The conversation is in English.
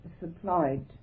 supplied